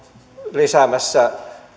lisäämässä